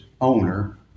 owner